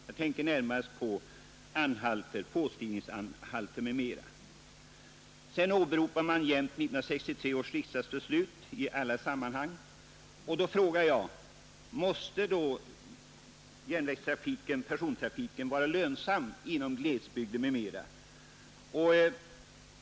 Jag tänker här närmast på påstigningsanhalter m.m. I alla sammanhang åberopar man ständigt 1963 års riksdagsbeslut, och jag frågar då om persontrafiken inom glesbygderna måste vara lönsam.